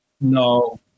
no